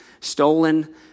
stolen